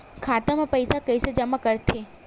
खाता म पईसा कइसे जमा करथे?